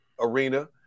arena